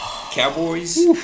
Cowboys